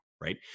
right